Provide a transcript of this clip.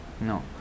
No